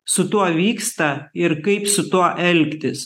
su tuo vyksta ir kaip su tuo elgtis